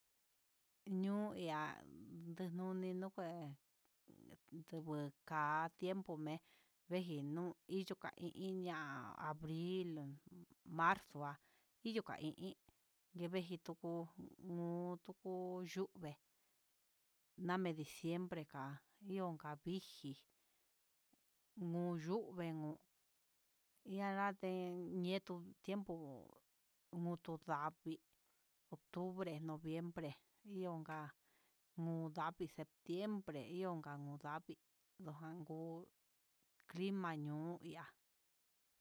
Ñoo ihá ndinoni nuu kué, te ngue ka tiempo me'e vengui inyuu kai'i, ña'a ablir, marzo há iyu kai iin yii veji tuku nuuku yuuve, nan ven diciembre ka'a iunja vixhii, nuu yuu venu ian ndeen ñeto tiempo modo ndavii ocutbre noviembre, dionka muu ndavii septiembre ihonka uun ndavii dojan kuu clima no ihá.